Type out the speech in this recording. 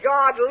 God